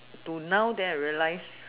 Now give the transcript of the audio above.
to now then I realize